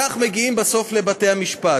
כך מגיעים בסוף לבתי-המשפט.